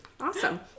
Awesome